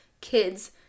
kids